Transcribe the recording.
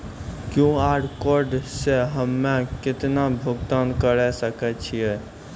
QR code से हम्मय केतना भुगतान करे सके छियै?